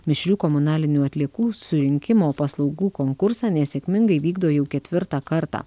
mišrių komunalinių atliekų surinkimo paslaugų konkursą nesėkmingai vykdo jau ketvirtą kartą